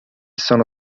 sono